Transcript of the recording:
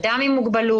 אדם עם מוגבלות,